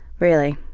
really.